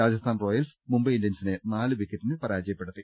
Rajasthan Royals Mumbai ഇന്ത്യൻസിനെ നാല് വിക്കറ്റിന് പരാജയപ്പെടുത്തി